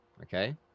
okay